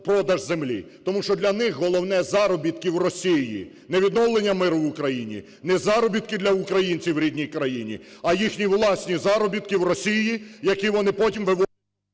Тому що для них головне – заробітки в Росії, не відновлення миру в Україні, не заробітки для українців в рідній країні, а їх власні заробітки в Росії, які вони потім…